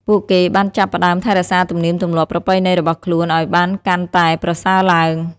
ពួកគេបានចាប់ផ្តើមថែរក្សាទំនៀមទម្លាប់ប្រពៃណីរបស់ខ្លួនឱ្យបានកាន់តែប្រសើរឡើង។